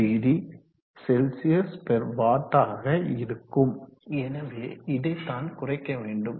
50CW ஆக இருக்கும் எனவே இதைத்தான் குறைக்க வேண்டும்